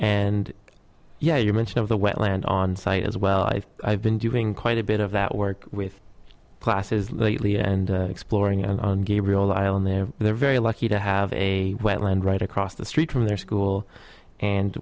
and yeah your mention of the wetland on site as well i've been doing quite a bit of that work with classes lately and exploring gabriel island they're very lucky to have a wetland right across the street from their school and